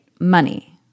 money